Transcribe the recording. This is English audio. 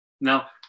Now